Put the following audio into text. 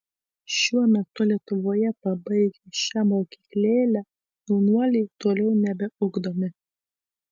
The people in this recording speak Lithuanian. šiuo metu lietuvoje pabaigę šią mokyklėlę jaunuoliai toliau nebeugdomi